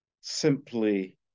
simply